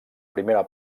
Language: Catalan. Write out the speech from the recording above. primera